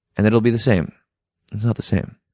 and it'll be the same. it's not the same.